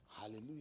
Hallelujah